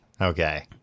Okay